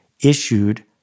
issued